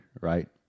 right